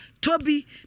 Toby